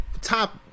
top